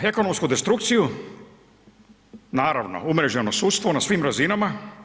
Ekonomsku destrukciju, naravno umreženo sudstvo na svim razinama.